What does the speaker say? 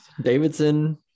Davidson